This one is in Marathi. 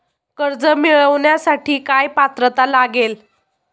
कर्ज मिळवण्यासाठी काय पात्रता लागेल?